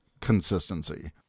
consistency